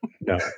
No